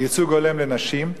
ייצוג הולם לנשים,